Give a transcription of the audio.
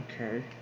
okay